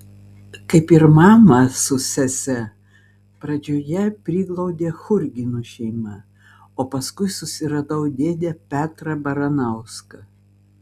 kaip ir mamą su sese pradžioje priglaudė churginų šeima o paskui susiradau dėdę petrą baranauską